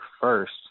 first